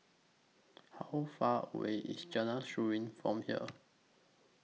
How Far away IS Jalan Seruling from here